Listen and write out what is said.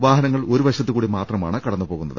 വാഹനങ്ങൾ ഒരു വശത്തുകൂടി മാത്രമാണ് കടന്നുപോകുന്നത്